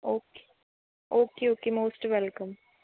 okay okay okay most welcome